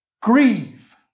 grieve